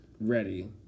Ready